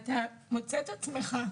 אתה מוצא את עצמך,